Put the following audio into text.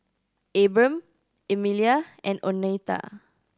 Abram Emilia and Oneta